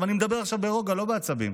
אני מדבר עכשיו ברוגע, לא בעצבים,